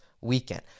weekend